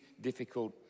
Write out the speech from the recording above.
difficult